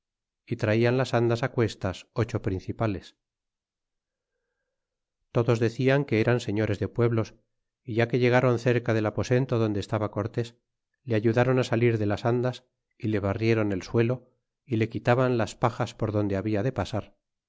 y traian las andas acuestas ocho principales y todos decian que eran señores de pueblos é ya que llegaron cerca del aposento donde estaba cortés le ayudron salir de las andas y le barriéron el suelo y le quitaban las pajas por donde habia de pasar